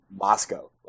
Moscow